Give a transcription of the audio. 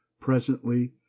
presently